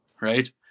right